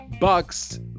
Bucks